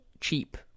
cheap